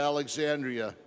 Alexandria